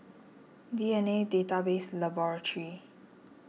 D N A Database Laboratory